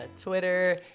Twitter